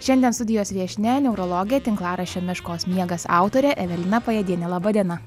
šiandien studijos viešnia neurologė tinklaraščio meškos miegas autorė evelina pajėdienė laba diena